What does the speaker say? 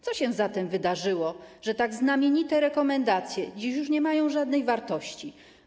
Co się zatem wydarzyło, że tak znamienite rekomendacje dziś już nie mają żadnej wartości?